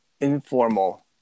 informal